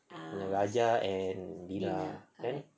raja and lina correct